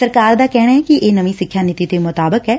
ਸਰਕਾਰ ਦਾ ਕਹਿਣ ਕਿ ਇਹ ਨਵੀਂ ਸਿੱਖਿਆ ਨੀਤੀ ਦੇ ਮੁਤਾਬਿਕ ਐ